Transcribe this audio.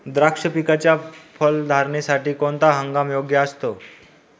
द्राक्ष पिकाच्या फलधारणेसाठी कोणता हंगाम योग्य असतो?